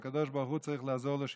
והקדוש ברוך הוא צריך לעזור לו שיצליח.